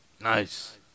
Nice